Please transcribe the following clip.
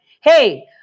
hey